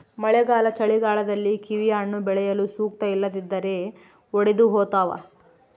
ಮಳೆಗಾಲ ಚಳಿಗಾಲದಲ್ಲಿ ಕಿವಿಹಣ್ಣು ಬೆಳೆಯಲು ಸೂಕ್ತ ಇಲ್ಲದಿದ್ದರೆ ಒಡೆದುಹೋತವ